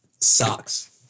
socks